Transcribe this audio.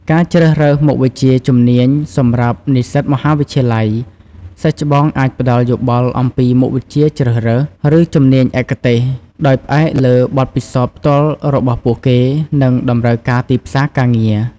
ការជ្រើសរើសមុខវិជ្ជា ជំនាញ សម្រាប់និស្សិតមហាវិទ្យាល័យ សិស្សច្បងអាចផ្តល់យោបល់អំពី មុខវិជ្ជាជ្រើសរើស ឬជំនាញឯកទេស ដោយផ្អែកលើបទពិសោធន៍ផ្ទាល់របស់ពួកគេ និងតម្រូវការទីផ្សារការងារ។